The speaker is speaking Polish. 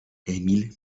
emil